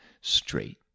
straight